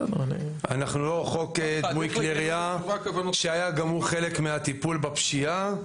אנחנו לא חוק דמוי כלי ירייה שהיה גמור חלק מהטיפול בפשיעה.